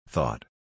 Thought